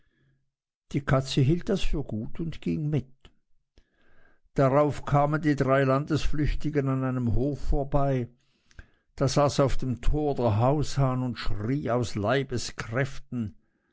die katze hielt das für gut und ging mit darauf kamen die drei landesflüchtigen an einem hof vorbei da saß auf dem tor der haushahn und schrie aus leibeskräften